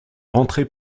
rentré